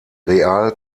real